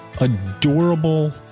Adorable